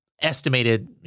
estimated